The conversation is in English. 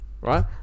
Right